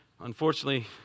Unfortunately